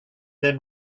then